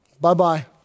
bye-bye